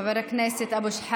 לקח כמה שניות לבוא מהפרסה לפה.